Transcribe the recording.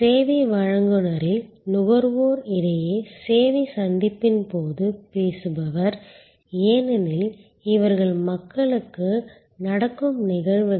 சேவை வழங்குநரில் நுகர்வோர் இடையே சேவை சந்திப்பின் போது பேசுபவர் ஏனெனில் இவர்கள் மக்களுக்கு நடக்கும் நிகழ்வுகள்